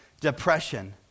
depression